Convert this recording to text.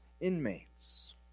inmates